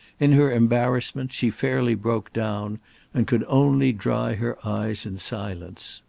in her embarrassment she fairly broke down and could only dry her eyes in silence.